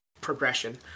progression